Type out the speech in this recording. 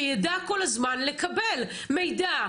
שיידע כל הזמן לקבל מידע,